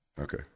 Okay